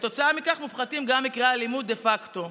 וכתוצאה מכך מופחתים גם מקרי האלימות דה פקטו.